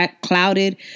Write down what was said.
clouded